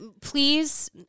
Please